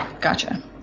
Gotcha